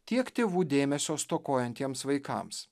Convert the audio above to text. tiek tėvų dėmesio stokojantiems vaikams